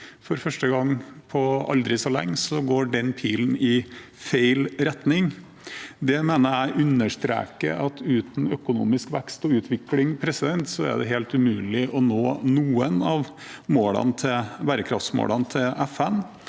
For første gang på aldri så lenge går den pilen i feil retning. Det mener jeg understreker at uten økonomisk vekst og utvikling er det helt umulig å nå noen av bærekraftsmålene til FN.